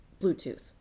Bluetooth